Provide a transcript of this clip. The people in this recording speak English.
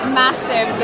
massive